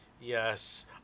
Yes